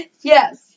Yes